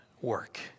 work